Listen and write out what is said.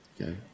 Okay